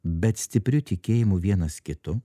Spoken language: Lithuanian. bet stipriu tikėjimu vienas kitu